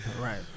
Right